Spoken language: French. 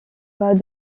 pas